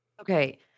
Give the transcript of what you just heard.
Okay